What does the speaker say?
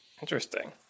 interesting